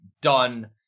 done